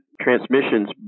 transmissions